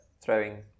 throwing